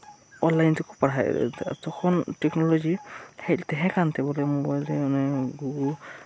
online ᱛᱮᱠᱚ ᱯᱟᱲᱦᱟᱣ ᱮᱫ ᱞᱮ ᱛᱟᱸᱦᱮᱱ ᱛᱚᱠᱷᱚᱱ ᱴᱮᱠᱱᱳᱞᱚᱡᱤ ᱛᱟᱸᱦᱮ ᱠᱟᱱᱛᱮ ᱵᱚᱞᱮ ᱢᱳᱵᱟᱭᱤᱞ ᱨᱮ ᱜᱩᱜᱳᱞ